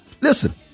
Listen